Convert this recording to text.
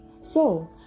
So